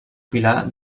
pilar